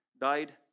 died